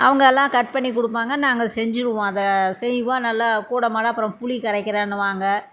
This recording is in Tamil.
அவங்க எல்லாம் கட் பண்ணி கொடுப்பாங்க நாங்கள் செஞ்சிருவோம் அதை செய்வோம் நல்லா கூட மாட அப்புறம் புளி கரைக்கிறன்னுவாங்க